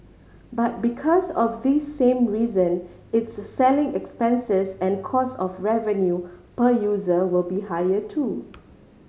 but because of this same reason its selling expenses and cost of revenue per user will be higher too